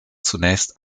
zunächst